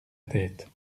tête